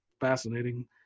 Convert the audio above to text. fascinating